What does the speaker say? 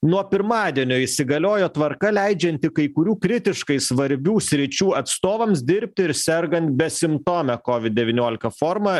nuo pirmadienio įsigaliojo tvarka leidžianti kai kurių kritiškai svarbių sričių atstovams dirbti ir sergant besimptome kovid devyniolika forma